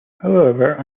however